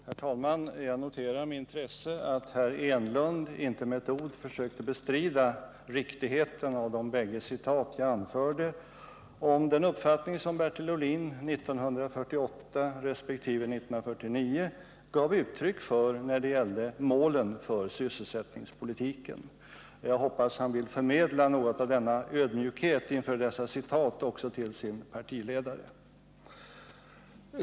Herr talman! Jag noterar med intresse att Eric Enlund inte med ett ord försökte bestrida riktigheten av de bägge citat jag anförde för att belysa den uppfattning som Bertil Ohlin 1948 resp. 1949 gav uttryck för när det gällde målen för sysselsättningspolitiken. Jag hoppas att han vill förmedla något av denna ödmjukhet inför citaten också till sin partiledare.